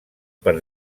per